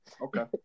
Okay